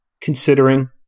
considering